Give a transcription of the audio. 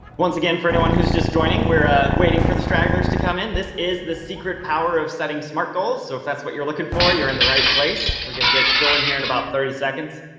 once again for anyone who's just joining, we're ah waiting for the stragglers to come in, this is the secret power of setting smart goals, so if that's what you're looking for, you're in the right place. we're gonna get going here in about thirty seconds.